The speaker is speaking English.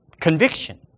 conviction